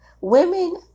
women